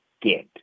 get